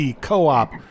Co-op